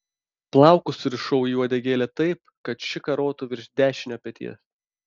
plaukus surišau į uodegėlę taip kad ši karotų virš dešinio peties